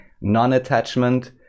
non-attachment